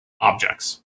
objects